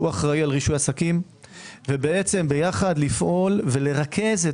שהוא אחראי על רישוי עסקים ויחד לפעול ולרכז את